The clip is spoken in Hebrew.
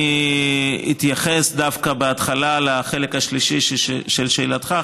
אני אתייחס דווקא בהתחלה לחלק השלישי של שאלתך,